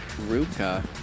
Ruka